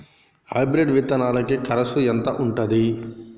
Hybrid విత్తనాలకి కరుసు ఎంత ఉంటది?